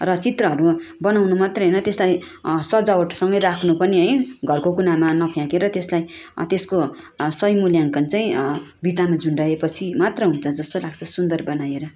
र चित्रहरू बनाउनु मात्रै होइन त्यसलाई सजावटसँगै राख्नु पनि है घरको कुनामा नफ्याँकेर त्यसलाई त्यसको सही मूल्याङ्कन चाहिँ भित्तामा झुन्डाएपछि मात्र हुन्छ जस्तो लाग्छ सुन्दर बनाएर